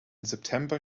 september